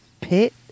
pit